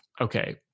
okay